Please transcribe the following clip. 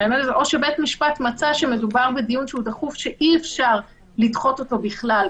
או שבית המשפט מצא שמדובר בדיון שהוא דחוף שאי אפשר לדחות אותו בכלל.